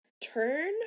Turn